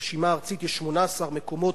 וברשימה הארצית יש 18 מקומות,